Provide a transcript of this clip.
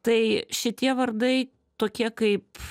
tai šitie vardai tokie kaip